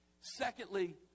Secondly